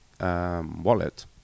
wallet